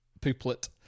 pooplet